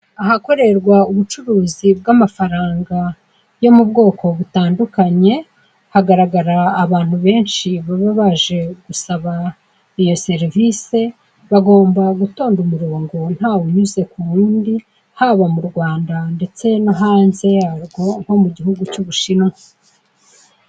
Ahakorerwa ubucuruzi bw'amafaranga yo mubwoko butandukanye, hagaragara abantu benshi baba baje gusaba iyo serivise, bagomba gutonda umurongo ntawe unyuze k'uwundi haba mu Rwanda ndetse no hanze yarwo nko mugihugu cy'Ubushinwa.